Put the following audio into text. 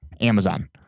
Amazon